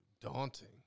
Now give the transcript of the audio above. daunting